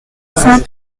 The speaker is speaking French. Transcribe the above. saint